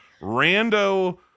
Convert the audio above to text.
rando